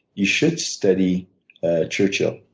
you should study churchill.